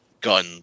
gun